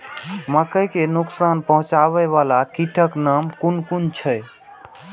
मके के नुकसान पहुँचावे वाला कीटक नाम कुन कुन छै?